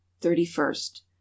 thirty-first